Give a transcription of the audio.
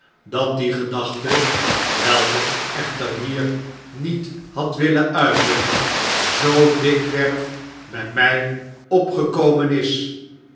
dat die gedachte welke ik echter hier niet had willen uiten zoo dikwerf by my opgekomen is